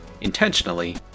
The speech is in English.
intentionally